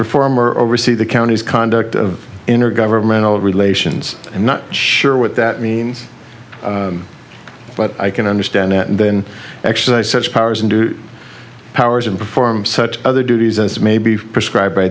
performer oversee the county's conduct of intergovernmental relations i'm not sure what that means but i can understand it and then actually i such powers and powers and perform such other duties as may be prescribed by